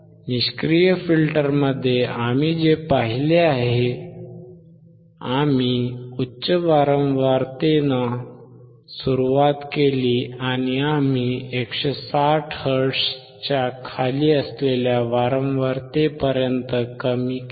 निष्क्रिय फिल्टरमध्ये आम्ही जे पाहिले आहे आम्ही उच्च वारंवारतेने सुरुवात केली आणि आम्ही 160 हर्ट्झच्या खाली असलेल्या वारंवारतेपर्यंत कमी केले